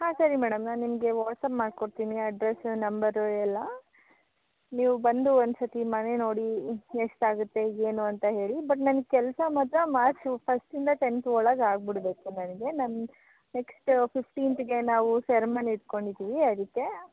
ಹಾಂ ಸರಿ ಮೇಡಮ್ ನಾನು ನಿಮಗೆ ವಾಟ್ಸ್ಯಾಪ್ ಮಾಡಿಕೊಡ್ತೀನಿ ಅಡ್ರೆಸ್ಸು ನಂಬರು ಎಲ್ಲ ನೀವು ಬಂದು ಒಂದು ಸರ್ತಿ ಮನೆ ನೋಡಿ ಎಷ್ಟು ಆಗುತ್ತೆ ಏನು ಅಂತ ಹೇಳಿ ಬಟ್ ನನಗ್ ಕೆಲಸ ಮಾತ್ರ ಮಾರ್ಚ್ ಫಸ್ಟಿಂದ ಟೆಂತ್ ಒಳಗೆ ಆಗ್ಬಿಡ್ಬೇಕು ನನಗೆ ನಮ್ದು ನೆಕ್ಸ್ಟ್ ಫಿಫ್ಟೀನ್ತಿಗೆ ನಾವು ಸೆರ್ಮನಿ ಇಟ್ಕೊಂಡಿದ್ದೀವಿ ಅದಕ್ಕೆ